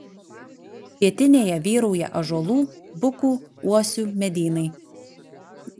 pietinėje vyrauja ąžuolų bukų uosių medynai